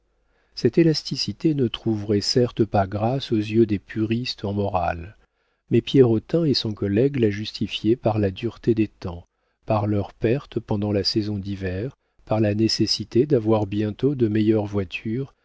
cette élasticité ne trouverait certes pas grâce aux yeux des puristes en morale mais pierrotin et son collègue la justifiaient par la dureté des temps par leurs pertes pendant la saison d'hiver par la nécessité d'avoir bientôt de meilleures voitures